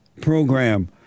program